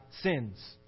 sins